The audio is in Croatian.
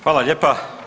Hvala lijepa.